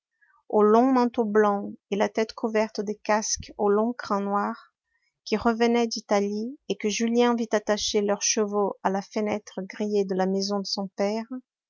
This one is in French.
aux longs manteaux blancs et la tête couverte de casques aux longs crins noirs qui revenaient d'italie et que julien vit attacher leurs chevaux à la fenêtre grillée de la maison de son père